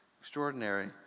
extraordinary